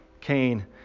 Cain